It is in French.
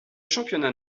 championnat